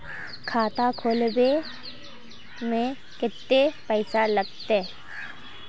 खाता खोलबे में कते पैसा लगते?